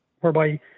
whereby